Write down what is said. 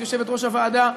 את יושבת-ראש הוועדה,